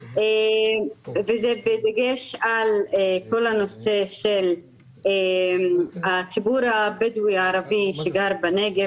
וזה בדגש על כל הנושא של הציבור הבדואי הערבי שגר בנגב,